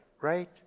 right